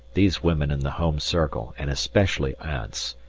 these women in the home circle, and especially aunts,